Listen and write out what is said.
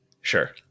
Sure